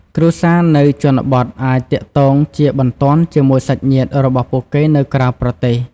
គ្រួសារនៅជនបទអាចទាក់ទងជាបន្ទាន់ជាមួយសាច់ញាតិរបស់ពួកគេនៅក្រៅប្រទេស។